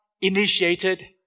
initiated